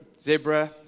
zebra